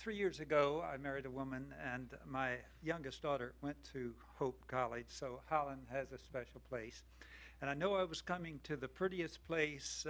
three years ago i married a woman and my youngest daughter went to college so has a special place and i know i was coming to the prettiest place